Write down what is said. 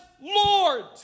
Lord